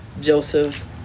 Joseph